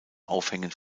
aufhängen